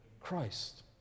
Christ